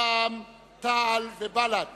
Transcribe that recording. רע"ם-תע"ל ובל"ד